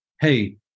hey